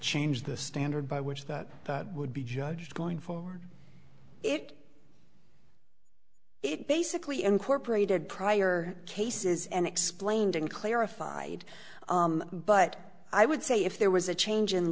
change the standard by which that would be judged going for it it basically incorporated prior cases and explained and clarified but i would say if there was a change in